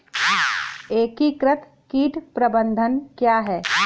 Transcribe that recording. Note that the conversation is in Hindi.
एकीकृत कीट प्रबंधन क्या है?